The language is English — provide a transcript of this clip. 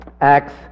Acts